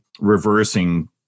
reversing